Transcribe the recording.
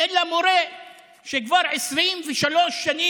אלא מורה שכבר 23 שנים